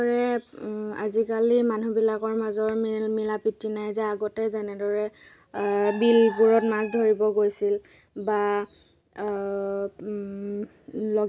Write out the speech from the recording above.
যিহেতু মাছ এনেকৈ মাছ উৎপাদন নকৰিলে সমাজৰ সমাজৰ মানুহে দেশৰ মানুহে মাছ খাবলৈ বহুত টান হৈ টান হ টান টান হ'ল হয়